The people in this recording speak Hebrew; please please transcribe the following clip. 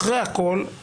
אחרי הכול,